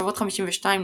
מחשבות 52,